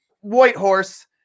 Whitehorse